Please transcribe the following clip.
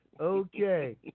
Okay